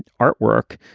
and artwork.